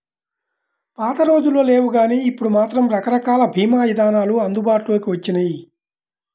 పాతరోజుల్లో లేవుగానీ ఇప్పుడు మాత్రం రకరకాల భీమా ఇదానాలు అందుబాటులోకి వచ్చినియ్యి